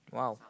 !wow!